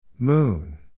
Moon